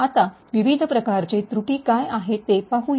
आता विविध प्रकारचे त्रुटी काय आहेत ते पाहूया